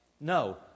No